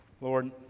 Lord